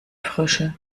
frösche